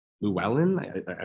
Llewellyn